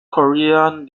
korean